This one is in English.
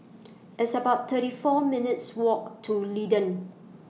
It's about thirty four minutes' Walk to D'Leedon